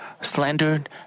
slandered